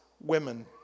women